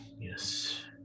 Yes